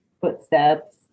footsteps